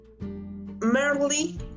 merely